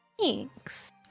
Thanks